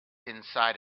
inside